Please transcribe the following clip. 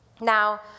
Now